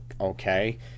Okay